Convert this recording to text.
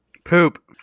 poop